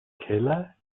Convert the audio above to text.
keller